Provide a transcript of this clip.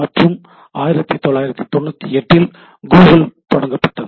மற்றும் 1998 இல் கூகுள் தொடங்கப்பட்டது